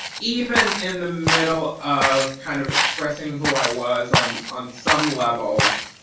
even in the middle of kind of expressing who i was on on some levels,